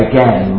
Again